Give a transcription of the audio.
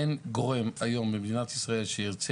אין גורם היום במדינת ישראל שירצה